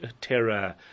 terror